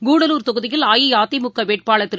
கூடலூர் தொகுதியில் அஇஅதிமுக வேட்பாளர் திரு